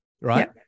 right